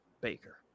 Baker